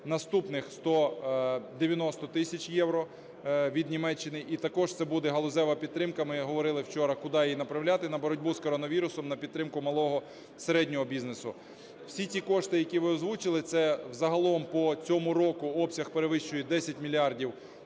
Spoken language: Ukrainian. наступних 90 тисяч євро від Німеччини. І також це буде галузева підтримка, ми говорили вчора, куди її направляти: на боротьбу з коронавірусом, на підтримку малого і середнього бізнесу. Всі ці кошти, які ви озвучили, це загалом по цьому року обсяг перевищує 10 мільярдів